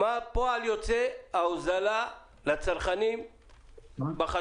מה כפועל יוצא תהיה ההוזלה לצרכנים בחשמל?